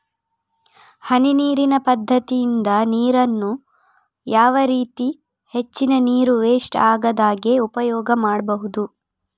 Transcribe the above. ಹನಿ ನೀರಿನ ಪದ್ಧತಿಯಿಂದ ನೀರಿನ್ನು ಯಾವ ರೀತಿ ಹೆಚ್ಚಿನ ನೀರು ವೆಸ್ಟ್ ಆಗದಾಗೆ ಉಪಯೋಗ ಮಾಡ್ಬಹುದು?